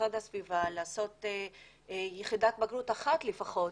למשרד להגנת הסביבה, לעשות יחידת בגרות אחת לפחות